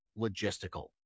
logistical